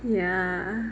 ya